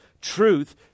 truth